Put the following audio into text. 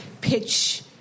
pitch